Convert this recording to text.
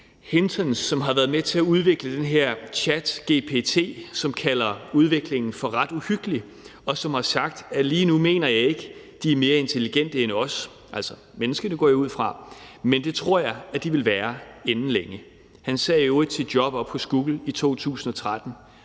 Hinton, som har været med til at udvikle den her ChatGPT, og han kalder udviklingen for ret uhyggelig og har sagt: »Lige nu mener jeg ikke, at de er mere intelligente end os«– altså menneskene, går jeg ud fra – »Men det tror jeg, at de vil være inden længe.« Han sagde i øvrigt sit job op hos Google i 2013